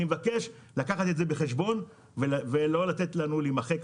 אני מבקש לקחת את זה בחשבון ולא לתת לנו להימחק,